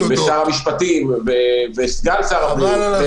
-- לשר המשפטים ולסגן שר הבריאות.